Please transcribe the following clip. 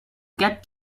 get